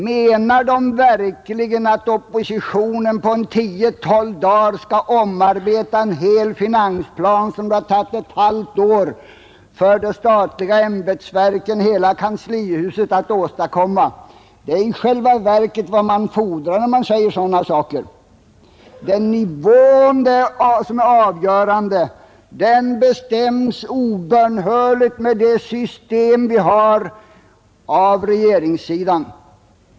Menar de verkligen att oppositionen på 10—12 dagar skall omarbeta en hel finansplan, som det tagit ett halvt år för de statliga ämbetsverken och hela kanslihuset att åstadkomma? Det är i själva verket vad man fordrar när man säger sådana saker. Det är själva den ekonomiska nivån som är avgörande, och den bestäms med det system som vi har obönhörligt av regeringssidan.